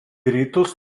rytus